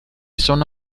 sono